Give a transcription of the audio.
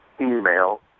email